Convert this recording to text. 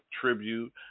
tribute